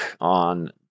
on